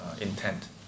intent